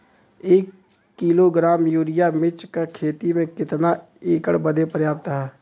एक kilogram urea मिर्च क खेती में कितना एकड़ बदे पर्याप्त ह?